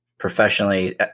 professionally